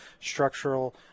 structural